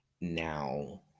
Now